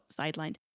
sidelined